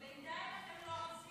בינתיים אתם לא עושים.